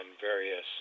various